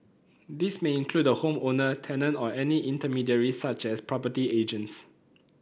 this may include the home owner tenant or any intermediaries such as property agents